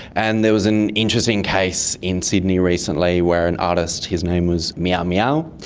and there was an interesting case in sydney recently where an artist, his name was meow-meow,